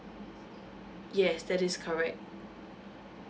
yes that is correct